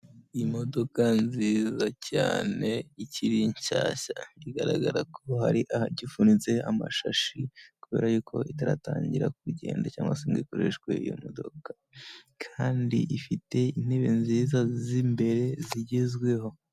Imodoka nziza cyane ikiri nshyashya, bigaragara ko hari ahagifunitse amashashi kubera yuko itaratangira kugenda cyangwa se ngo ikoreshwe iyo modoka kandi ifite intebe nziza z'imbere zigezweho.